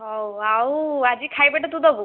ହଉ ଆଉ ଆଜି ଖାଇବା ଟା ତୁ ଦେବୁ